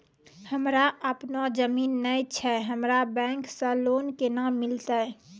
हमरा आपनौ जमीन नैय छै हमरा बैंक से लोन केना मिलतै?